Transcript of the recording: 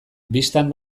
bistan